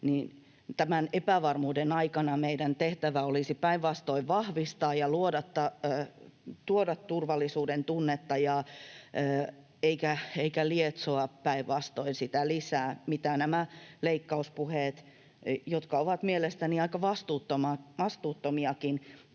tämän epävarmuuden aikana meidän tehtävä olisi päinvastoin vahvistaa ja tuoda turvallisuudentunnetta eikä päinvastoin lietsoa lisää sitä, mitä nämä leikkauspuheet, jotka ovat mielestäni aika vastuuttomiakin, tekevät.